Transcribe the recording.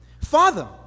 Father